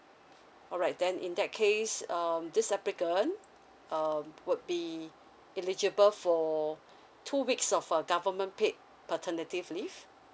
alright then in that case um this applicant um would be eligible for two weeks of a government paid paternity leave